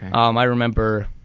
um i remember,